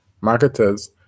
marketers